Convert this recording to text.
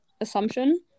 assumption